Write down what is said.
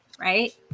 right